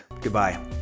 Goodbye